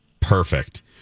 Perfect